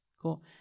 Cool